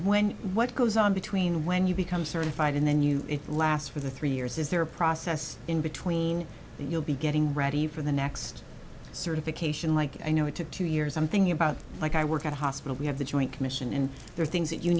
when what goes on between when you become certified and then you last for the three years is there a process in between that you'll be getting ready for the next certification like i know it took two years i'm thinking about like i work at a hospital we have the joint commission and there are things that you